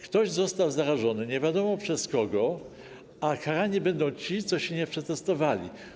Ktoś został zarażony, nie wiadomo przez kogo, a karani będą ci, którzy się nie przetestowali.